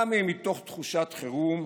גם אם מתוך תחושת חירום,